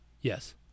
Yes